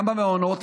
גם במעונות,